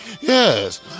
Yes